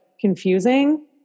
confusing